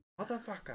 motherfucker